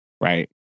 Right